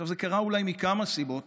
זה קרה אולי מכמה סיבות,